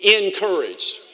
encouraged